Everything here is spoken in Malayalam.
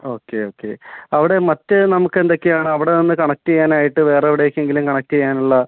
ഓക്കെ ഓക്കെ അവിടെ മറ്റ് നമുക്ക് എന്തൊക്കെയാണ് അവിടെ നിന്ന് കണക്റ്റ് ചെയ്യാനായിട്ട് വേറെ എവിടെക്കെങ്കിലും കണക്റ്റ് ചെയ്യാനുള്ള